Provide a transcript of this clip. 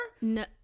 No